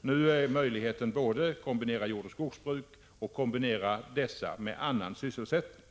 Nu talas det om möjligheten både att kombinera jordoch skogsbruk och att kombinera dessa med annan sysselsättning.